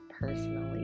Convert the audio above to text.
personally